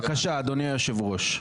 בבקשה, אדוני יושב הראש.